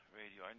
radio